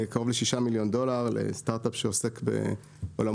קרוב ל-6 מיליון דולר לסטארט-אפ שעוסק בעולמות